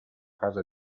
casa